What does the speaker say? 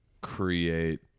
create